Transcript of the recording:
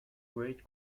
great